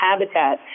habitat